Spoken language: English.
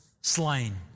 slain